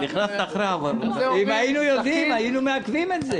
אם היינו יודעים היינו מעכבים את זה.